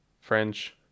French